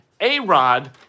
A-Rod